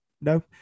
No